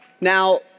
Now